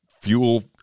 fuel